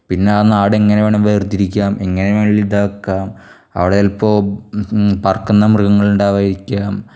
പിന്നെ അ നാട് എങ്ങനെ വേണേലും വേർതിരിക്കാം എങ്ങനെ വേണേലും ഇതാക്കാം അവിടെ ചിലപ്പോൾ പറക്കുന്ന മൃഗങ്ങളുണ്ടാവായിരിക്കാം